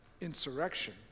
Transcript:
insurrection